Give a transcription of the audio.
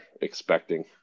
expecting